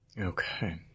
Okay